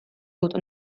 dut